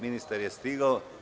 Ministar je stigao.